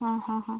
അ അ അ